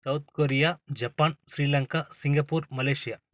South Korea Japan Sri Lanka Singapore Malaysia